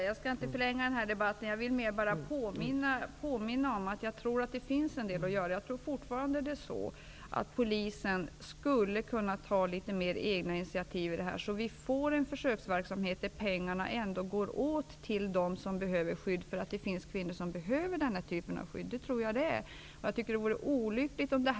I dessa anges att kvinnor endast får kroppsvisiteras av annan kvinna, läkare eller legitimerad sjuksköterska. Eventuellt vittne måste också uppfylla dessa krav. I princip gäller dessa regler även vid s.k. kroppsbesiktning. För män finns inte motsvarande regler, vilket är märkligt. En man kan i dag tvingas till kroppsvisitation eller kroppsbesiktning av kvinnlig personal.